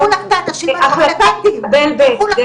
שלחו לך את האנשים --- ההחלטה תתקבל בהקדם,